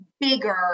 bigger